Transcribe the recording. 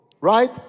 right